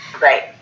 Right